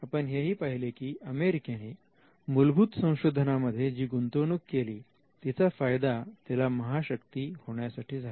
आपण हेही पाहिले की अमेरिकेने मूलभूत संशोधनामध्ये जी गुंतवणूक केली तिचा फायदा तिला महाशक्ती होण्यासाठी झाला